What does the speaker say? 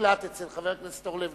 הצעת חוק